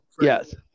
Yes